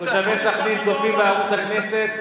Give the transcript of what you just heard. תושבי סח'נין צופים בערוץ הכנסת,